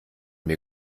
mir